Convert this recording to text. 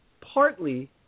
partly